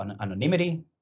anonymity